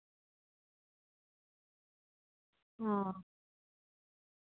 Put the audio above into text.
ᱚ